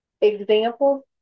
examples